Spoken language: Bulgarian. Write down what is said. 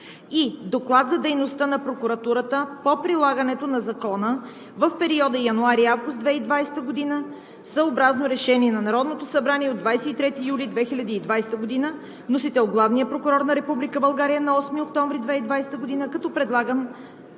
И Доклад за дейността на прокуратурата по прилагането на закона в периода януари – август 2020 г. съобразно Решение на Народното събрание от 23 юли 2020 г. Вносител – Главният прокурор на Република България на 8 октомври 2020 г., като предлагам